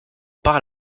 parle